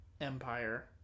Empire